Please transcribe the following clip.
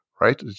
right